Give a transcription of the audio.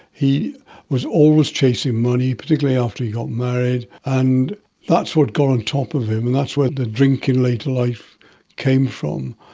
he was always chasing money, particularly after he got married, and that's what got on top of him, and that's where the drinking in later life came from.